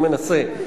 אני מנסה.